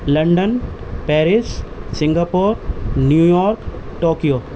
London Paris Singapore New York Tokyo